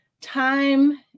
time